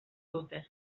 dute